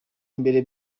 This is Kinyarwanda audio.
imbere